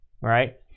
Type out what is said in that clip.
right